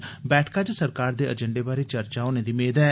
बैठका च सरकार दे एजंडे बारै चर्चा होने दी मेद ऐ